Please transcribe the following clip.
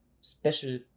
special